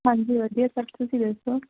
ਹਾਂਜੀ ਵਧੀਆ ਸਰ ਤੁਸੀਂ ਦੱਸੋ